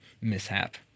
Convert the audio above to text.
mishap